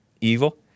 evil